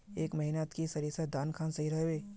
ए महीनात की सरिसर दाम खान सही रोहवे?